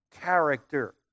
character